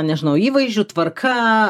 nežinau įvaizdžių tvarka